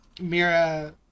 Mira